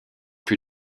plus